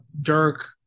Dirk